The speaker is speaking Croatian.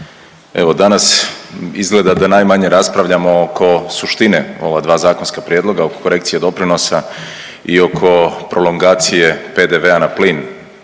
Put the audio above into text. evo danas izgleda da najmanje raspravljamo oko suštine ova dva zakonska prijedloga, oko korekcije doprinosa i oko prolongacije PDV-a na plin